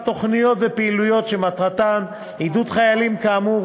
תוכניות ופעילויות שמטרתן עידוד חיילים כאמור,